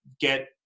get –